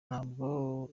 ntabwo